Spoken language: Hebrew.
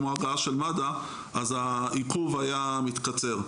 כמו הגעה של מד"א אז העיכוב היה מתקצר.